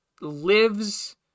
lives